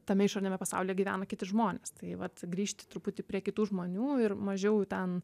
tame išoriniame pasaulyje gyvena kiti žmonės tai vat grįžti truputį prie kitų žmonių ir mažiau ten